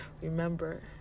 Remember